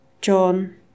John